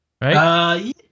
Right